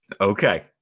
Okay